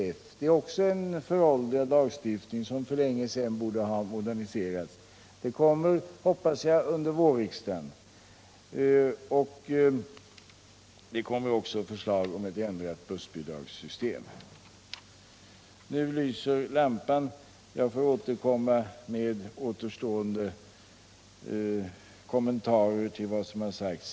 Även det är en föråldrad lag som för länge sedan borde ha moderniserats. Vi hoppas att det sker under vårriksdagen. Vidare kommer det att framläggas förslag om ändring av bussbidragssystemet. Nu lyser lampan, så jag får i ett kommande inlägg ge de återstående kommentarerna till vad som sagts.